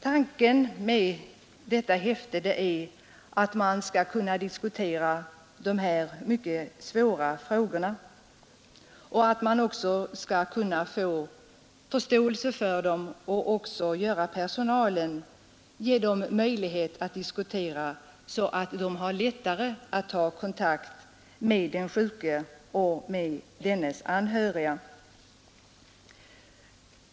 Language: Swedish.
Tanken med utgivandet av häftet har varit att man skall kunna diskutera de här mycket svåra frågorna och kunna öka förståelsen för problemen och därmed förbättra möjligheterna att nå kontakt med den sjuke och dennes anhöriga.